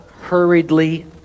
hurriedly